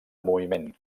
moviment